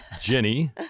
Jenny